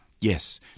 Yes